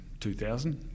2000